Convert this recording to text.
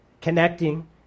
Connecting